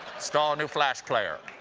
install a new flashplayer.